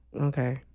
Okay